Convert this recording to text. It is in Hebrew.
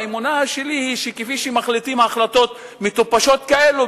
האמונה שלי היא שכפי שמחליטים החלטות מטופשות כאלה,